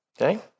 Okay